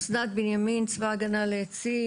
מצבא ההגנה לעצים,